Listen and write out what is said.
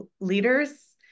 leaders